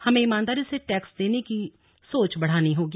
हमें ईमानदारी से टैक्स देने की सोच बढ़ानी होगी